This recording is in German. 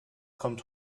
kommt